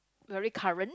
very current